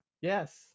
Yes